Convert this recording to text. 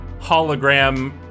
hologram